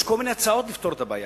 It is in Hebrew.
יש כל מיני הצעות לפתור את הבעיה,